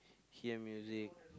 hear music